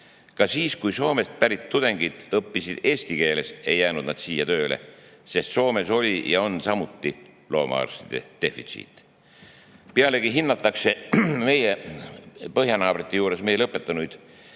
Ka siis, kui Soomest pärit tudengid õppisid eesti keeles, ei jäänud nad siia tööle, sest Soomes oli ja on samuti loomaarstide defitsiit. Pealegi hinnatakse meie põhjanaabrite juures meie lõpetanuid,